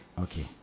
Okay